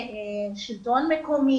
יש לנו פורום קבוע עם המועצה,